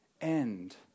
end